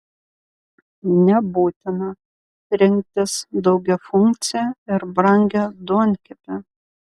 nebūtina rinktis daugiafunkcę ir brangią duonkepę